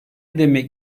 demek